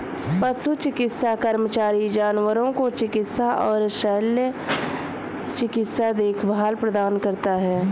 पशु चिकित्सा कर्मचारी जानवरों को चिकित्सा और शल्य चिकित्सा देखभाल प्रदान करता है